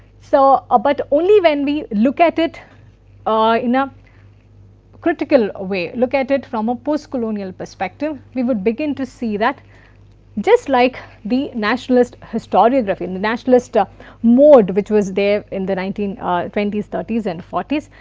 so ah but only when we look at it ah in a critical way, look at it from a post-colonial perspective we would begin to see that just like the nationalist historiography, and the nationalist ah mode which was there in the nineteen twenty s, thirty s and forty s,